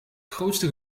grootste